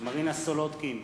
מרינה סולודקין,